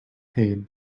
pain